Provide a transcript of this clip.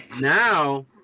Now